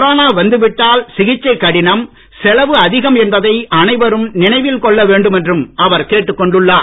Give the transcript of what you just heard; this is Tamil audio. கொரோனா வந்து விட்டால் சிகிச்சை கடினம் செலவு அதிகம் என்பதை அனைவரும் நினைவில் கொள்ள வேண்டும் என்றும் அவர் கேட்டுக் கொண்டுள்ளார்